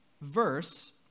verse